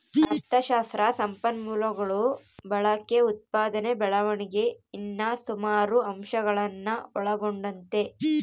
ಅಥಶಾಸ್ತ್ರ ಸಂಪನ್ಮೂಲಗುಳ ಬಳಕೆ, ಉತ್ಪಾದನೆ ಬೆಳವಣಿಗೆ ಇನ್ನ ಸುಮಾರು ಅಂಶಗುಳ್ನ ಒಳಗೊಂಡತೆ